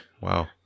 Wow